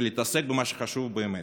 ולהתעסק במה שחשוב באמת,